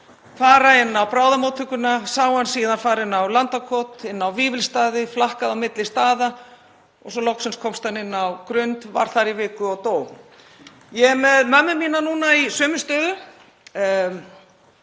fara inn á bráðamóttökuna, sá hann síðan fara inn á Landakot, inn á Vífilsstaði, flakkaði á milli staða og svo loksins komst hann inn á Grund, var þar í viku og dó. Ég er með mömmu mína núna í sömu stöðu